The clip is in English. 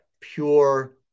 pure